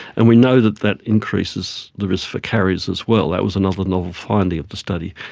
and we know that that increases the risk for carriers as well, that was another novel finding of the study.